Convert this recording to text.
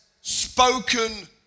spoken